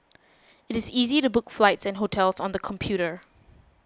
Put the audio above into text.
it is easy to book flights and hotels on the computer